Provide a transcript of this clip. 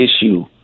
issue